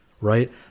right